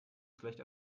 schlecht